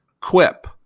Quip